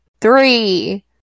three